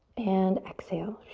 and exhale.